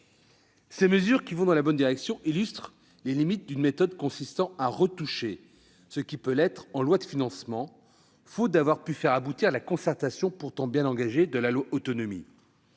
Ces mesures, qui vont dans la bonne direction, illustrent les limites d'une méthode consistant à retoucher ce qui peut l'être en loi de financement, faute d'avoir pu transformer en loi la concertation pourtant bien engagée sur le grand